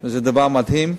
וזה דבר מדהים.